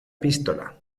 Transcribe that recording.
epístola